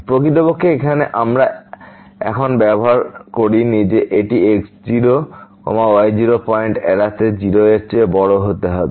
প্রকৃতপক্ষে এখানে আমরা এখন ব্যবহার করিনি যে এটি x0y0 পয়েন্ট এড়াতে 0 এর চেয়ে বড় হতে হবে